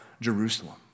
Jerusalem